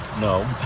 No